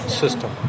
system